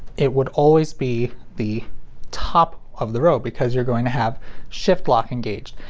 it would always be the top of the row because you're going to have shift lock engaged.